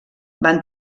van